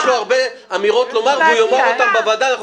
יש לו הרבה אמירות לומר והוא יאמר אותן בוועדה,